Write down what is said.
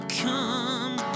come